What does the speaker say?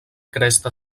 cresta